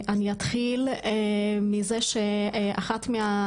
אני אתחיל מהתמונה של הבית של אחת מהנשים